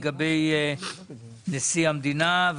לגבי נשיא המדינה,